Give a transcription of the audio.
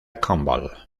conmebol